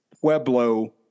Pueblo